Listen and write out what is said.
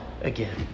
again